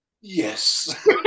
yes